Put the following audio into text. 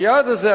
היעד הזה,